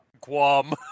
Guam